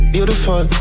Beautiful